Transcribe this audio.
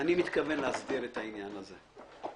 אני מתכוון להסדיר את העניין הזה.